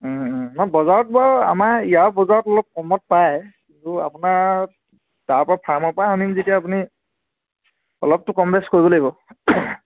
মই বজাৰত বাৰু আমাৰ ইয়াৰ বজাৰত অলপ কমত পায় কিন্তু আপোনাৰ তাৰপৰা ফাৰ্মৰ পৰা আনিম যেতিয়া আপুনি অলপটো কম বেছ কৰিব লাগিব